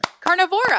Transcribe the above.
Carnivora